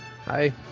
Hi